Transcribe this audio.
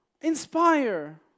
inspire